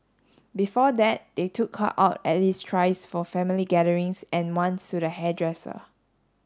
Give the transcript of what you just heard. before that they took her out at least thrice for family gatherings and once to the hairdresser